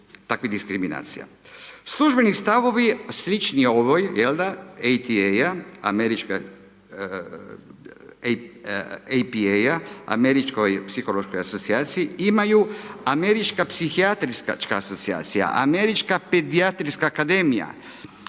takvi diskriminacija. Službeni stavovi slični ovoj, je da, APA-a, Američkoj psihološkoj asocijaciji, imaju Američka psihijatrijska asocijacija, Američka pedijatrijska Akademija,